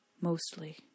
Mostly